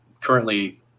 currently